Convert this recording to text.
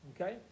okay